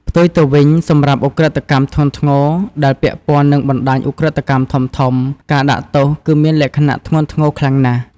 ផ្ទុយទៅវិញ សម្រាប់ឧក្រិដ្ឋកម្មធ្ងន់ធ្ងរ ដែលពាក់ព័ន្ធនឹងបណ្តាញឧក្រិដ្ឋកម្មធំៗ ការដាក់ទោសគឺមានលក្ខណៈ ធ្ងន់ធ្ងរខ្លាំងណាស់។